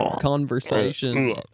Conversation